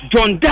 John